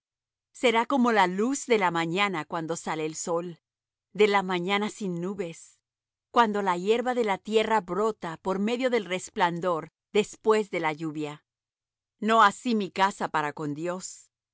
será como la luz de la mañana cuando sale el sol de la mañana sin nubes cuando la hierba de la tierra brota por medio del resplandor después de la lluvia no así mi casa para con dios